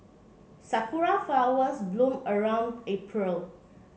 sakura flowers bloom around April